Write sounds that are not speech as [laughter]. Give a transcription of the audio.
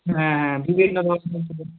হ্যাঁ হ্যাঁ বিভিন্ন ধরন [unintelligible]